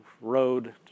road